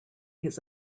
his